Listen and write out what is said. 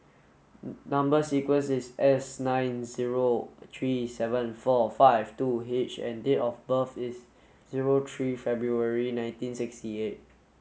number sequence is S nine zero three seven four five two H and date of birth is zero three February nineteen sixty eight